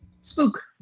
Spook